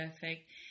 perfect